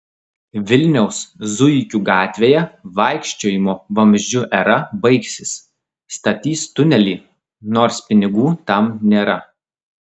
vilniaus zuikių gatvėje vaikščiojimo vamzdžiu era baigsis statys tunelį nors pinigų tam nėra